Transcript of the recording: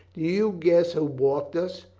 you guess who balked us?